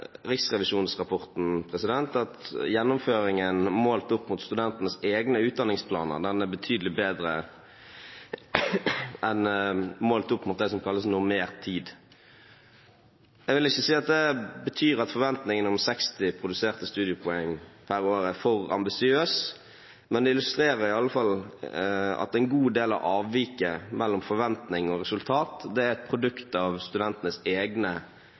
at gjennomføringen målt opp mot studentenes egne utdanningsplaner er betydelig bedre enn målt opp mot det som kalles normert tid. Jeg vil ikke si at det betyr at forventningen om 60 produserte studiepoeng per år er for ambisiøs, men det illustrerer i alle fall at en god del av avviket mellom forventning og resultat er et produkt av studentenes egne